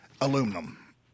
aluminum